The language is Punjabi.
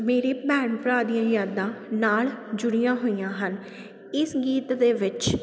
ਮੇਰੇ ਭੈਣ ਭਰਾ ਦੀਆਂ ਯਾਦਾਂ ਨਾਲ ਜੁੜੀਆਂ ਹੋਈਆਂ ਹਨ ਇਸ ਗੀਤ ਦੇ ਵਿੱਚ